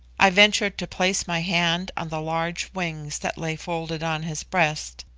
i ventured to place my hand on the large wings that lay folded on his breast,